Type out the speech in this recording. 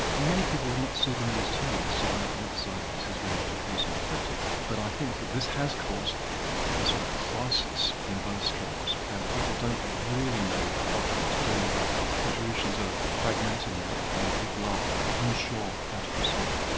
many people would not see it in these terms, so i emphasise that this is very much a personal perspective, but i think that this has caused a sort of crisis in both streams, and people don't really know quite what to do, the the traditions are ah fragmented now and people are unsure how to proceed.